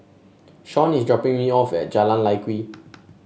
Shaun is dropping me off at Jalan Lye Kwee